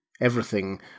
Everything